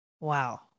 wow